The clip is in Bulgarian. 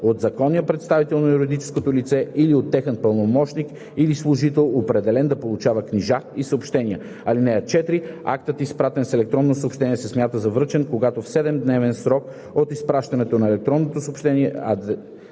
от законния представител на юридическото лице или от техен пълномощник или служител, определен да получава книжа и съобщения. (4) Актът, изпратен с електронно съобщение, се смята за връчен, когато в 7-дневен срок от изпращане на електронното съобщение